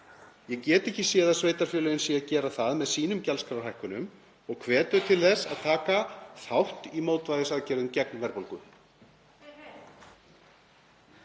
Ég get ekki séð að sveitarfélögin séu að gera það með sínum gjaldskrárhækkunum og hvet þau til þess að taka þátt í mótvægisaðgerðum gegn verðbólgu.